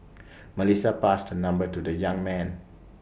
Melissa passed her number to the young man